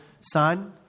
son